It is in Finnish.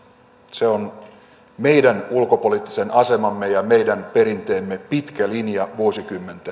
se on meidän ulkopoliittisen asemamme ja meidän perinteemme pitkä linja vuosikymmenten ajalta